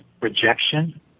rejection